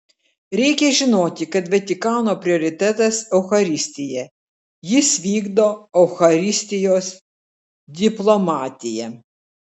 reikia žinoti kad vatikano prioritetas eucharistija jis vykdo eucharistijos diplomatiją